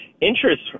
interest